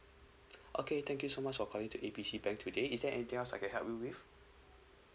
okay thank you so much for calling to A B C bank today is there anything else I can help you with